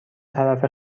طرف